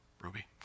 ruby